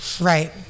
Right